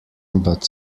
but